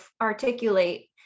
articulate